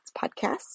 podcast